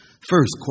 First